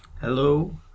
Hello